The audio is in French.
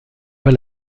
pas